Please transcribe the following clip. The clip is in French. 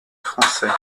français